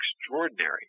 extraordinary